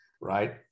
right